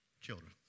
Children